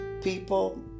people